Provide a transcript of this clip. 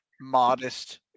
modest